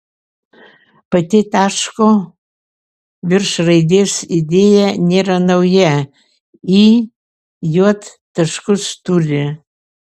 pati taško virš raidės idėja nėra nauja i j taškus turi